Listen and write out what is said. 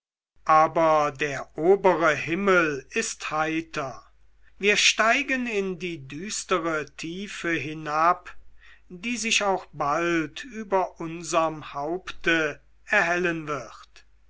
aber der obere himmel ist heiter wir steigen in die düstere tiefe hinab die sich auch bald über unserm haupte erhellen wird